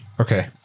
Okay